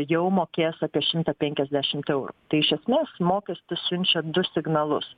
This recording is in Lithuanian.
jau mokės apie šimtą penkiasdešimt eurų tai iš esmės mokestis siunčia du signalus